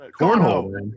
Cornhole